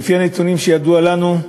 לפי הנתונים שידועים לנו,